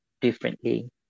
differently